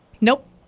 Nope